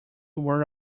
were